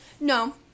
No